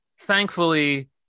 thankfully